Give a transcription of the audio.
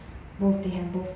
both they have both